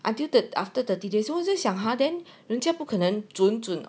until that after thirty days so 我就想 !huh! 人家不可能准准